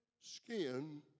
skin